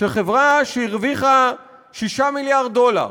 שחברה שהרוויחה 6 מיליארד דולר,